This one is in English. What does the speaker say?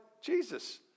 Jesus